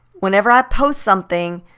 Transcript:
whenever i post something,